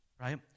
right